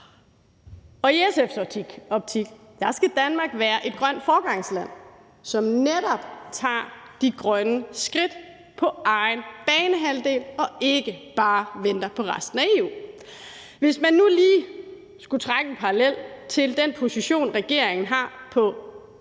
Og i SF's optik skal Danmark være et grønt foregangsland, som netop tager de grønne skridt på egen banehalvdel og ikke bare venter på resten af EU. Hvis man nu lige skulle trække en parallel mellem den position, regeringen har i